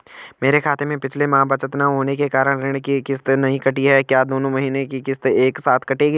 मेरे खाते में पिछले माह बचत न होने के कारण ऋण की किश्त नहीं कटी है क्या दोनों महीने की किश्त एक साथ कटेगी?